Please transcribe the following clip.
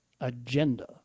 agenda